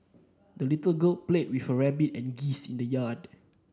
the little girl played with her rabbit and geese in the yard